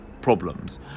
problems